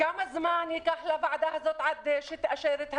כמה זמן ייקח לוועדה הזאת עד שתאשר את הדברים,